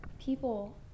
people